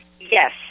Yes